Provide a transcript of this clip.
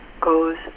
goes